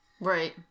Right